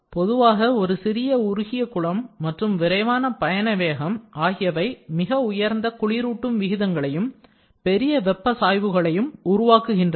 பொதுவாக ஒரு சிறிய உருகிய குளம் மற்றும் விரைவான பயண வேகம் ஆகியவை மிக உயர்ந்த குளிரூட்டும் விகிதங்களையும் பெரிய வெப்ப சாய்வுகளையும் உருவாக்குகின்றன